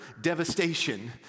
devastation